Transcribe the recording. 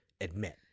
admit